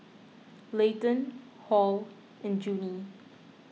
Layton Hall and Junie